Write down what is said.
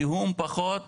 יהיה פחות זיהום,